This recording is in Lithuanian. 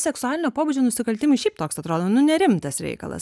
seksualinio pobūdžio nusikaltimai šiaip toks atrodo nu nerimtas reikalas